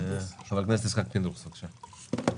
חבר הכנסת יצחק פינדרוס, בבקשה.